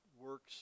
works